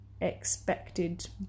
expected